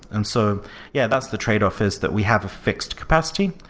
and so yeah, that's the tradeoff, is that we have a fixed capacity,